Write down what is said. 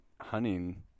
hunting